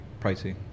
pricey